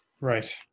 Right